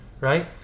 right